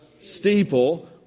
steeple